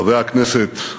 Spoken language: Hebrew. חברי הכנסת,